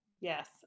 yes